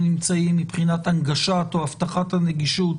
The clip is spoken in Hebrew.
נמצאים מבחינת הנגשת או הבטחת הנגישות